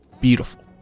Beautiful